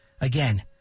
again